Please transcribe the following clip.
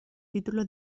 título